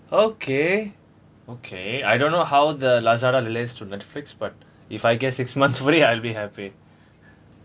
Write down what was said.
okay okay I don't know how the lazada relate to netflix but if I get six months free I'll be happy